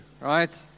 right